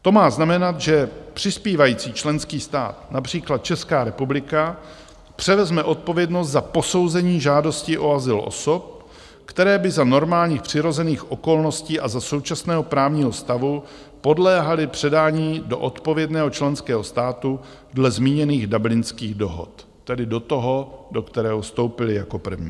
To má znamenat, že přispívající členský stát, například Česká republika, převezme odpovědnost za posouzení žádosti o azyl osob, které by za normálních přirozených okolností a za současného právního stavu podléhaly předání do odpovědného členského státu dle zmíněných Dublinských dohod, tedy do toho, do kterého vstoupily jako první.